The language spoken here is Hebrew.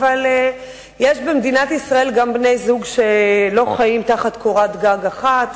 אבל יש במדינת ישראל גם בני-זוג שלא חיים תחת קורת גג אחת,